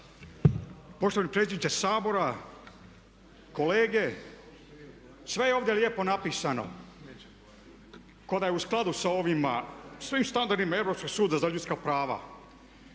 Poštovani predsjedniče Sabora, kolege sve je ovdje lijepo napisano kao da je u skladu sa svim standardima Europskog suda za ljudska prava.